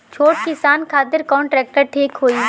छोट किसान खातिर कवन ट्रेक्टर ठीक होई?